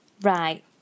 Right